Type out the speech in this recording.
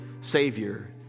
Savior